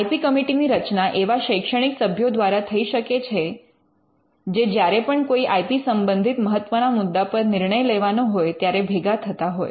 I P committee ની રચના એવા શૈક્ષણિક સભ્યો દ્વારા થઈ શકે જે જ્યારે પણ કોઈ આઇ પી સંબંધિત મહત્વના મુદ્દા પર નિર્ણય લેવાનો હોય ત્યારે ભેગા થતાં હોય